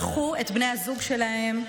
הן שלחו את בני הזוג שלהן,